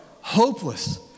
hopeless